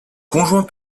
conjoint